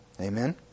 Amen